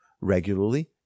regularly